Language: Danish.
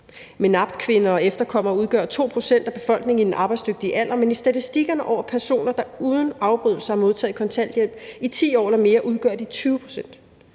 MENAPT-kvinder og efterkommere udgør 2 pct. af befolkningen i den arbejdsdygtige alder, men i statistikkerne over personer, der uden afbrydelse har modtaget kontanthjælp i 10 år eller mere, udgør de 20 pct.